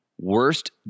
Worst